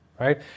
right